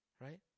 Right